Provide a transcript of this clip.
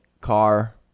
car